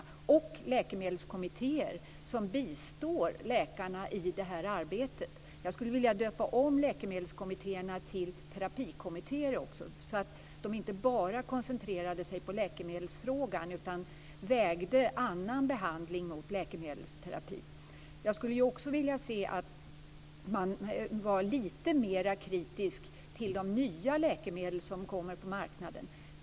Det borde också finnas läkemedelskommitéer som bistår läkarna i det här arbetet. Jag skulle vilja kalla läkemedelskommittéerna för terapikommittéer också, så att de inte bara koncentrerade sig på läkemedelsfrågan utan vägde annan behandling mot läkemedelsterapi. Jag skulle också vilja se att man var lite mer kritisk till de nya läkemedel som kommer ut på marknaden.